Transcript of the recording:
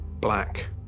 Black